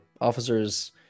officers